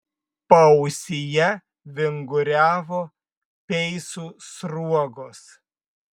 paausyje vinguriavo peisų sruogos